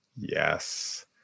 Yes